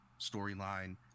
storyline